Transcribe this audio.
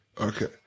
Okay